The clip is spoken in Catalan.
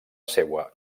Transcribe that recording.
seua